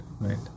right